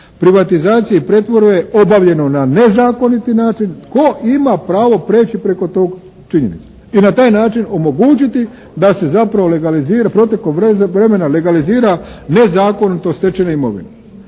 privatizacije i pretvorbe obavljeno na nezakoniti način? Tko ima pravo prijeći preko te činjenice? I na taj način omogućiti da se zapravo legalizira, protekom vremena legalizira nezakonito stečena imovina.